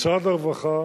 משרד הרווחה